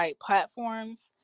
platforms